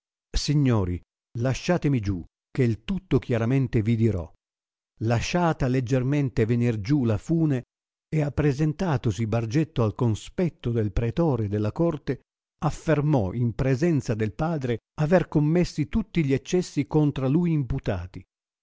signori lasciatemi giù che tutto chiaramente vi dirò lasciata leggiermente venir giù la fune e appresentatosi bargetto al conspetto del pretore e della corte affermò in presenza del padre aver commessi tutti gli eccessi contra lui imputati